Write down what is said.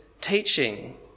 teaching